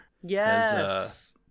Yes